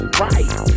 right